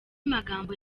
magambo